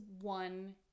one